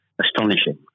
astonishing